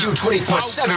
24-7